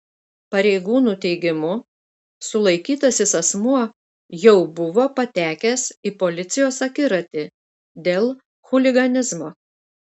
pareigūnų teigimu sulaikytasis asmuo jau buvo patekęs į policijos akiratį dėl chuliganizmo